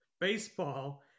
Baseball